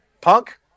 punk